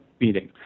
meeting